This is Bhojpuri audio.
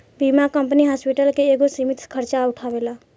बीमा कंपनी हॉस्पिटल के एगो सीमित खर्चा उठावेला